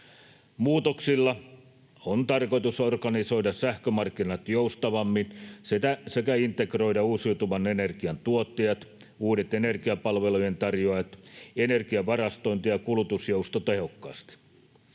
Muutoksilla on tarkoitus organisoida sähkömarkkinat joustavammin sekä integroida uusiutuvan energian tuottajat, uudet energiapalvelujen tarjoajat, energian varastointi ja kulutusjousto tehokkaasti.